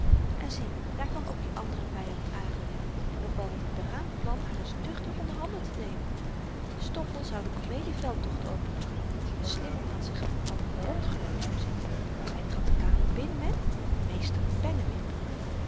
en zie daar kwam ook die andere vyand aanrukken en nog wel met het beraamd plan haar eens duchtig onderhanden te nemen stoffel zou de komedie veldtocht openen de slimmert had zich van n bondgenoot voorzien hy trad de kamer binnen met meester pennewip